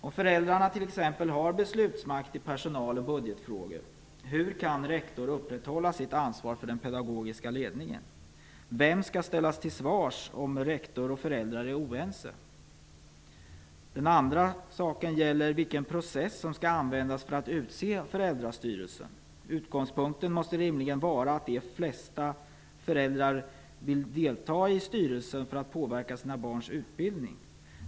Om föräldrarna t.ex. har beslutsmakt i personal och budgetfrågor, hur kan rektor upprätthålla sitt ansvar för den pedagogiska ledningen? Vem skall ställas till svars om rektor och föräldrar är oense? För det andra gäller det vilken process som skall användas för att utse föräldrastyrelsen. Utgångspunkten måste rimligen vara att de flesta föräldrar vill delta i styrelsen för att påverka sina barns utbildning.